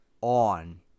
on